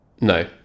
No